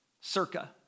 circa